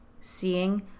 seeing